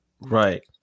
Right